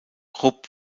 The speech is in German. rupp